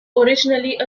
originally